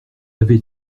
avait